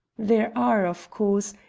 there are, of course,